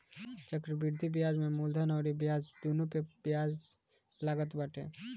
चक्रवृद्धि बियाज में मूलधन अउरी ब्याज दूनो पअ बियाज लागत बाटे